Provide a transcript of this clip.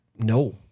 no